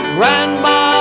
Grandma